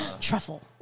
Truffle